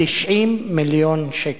90 מיליון שקל,